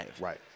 Right